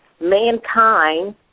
mankind